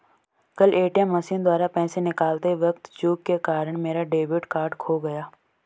कल ATM machine द्वारा पैसे निकालते वक़्त चूक के कारण मेरा डेबिट कार्ड खो गया